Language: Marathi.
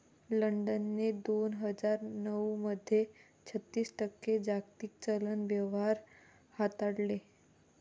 लंडनने दोन हजार नऊ मध्ये छत्तीस टक्के जागतिक चलन व्यवहार हाताळले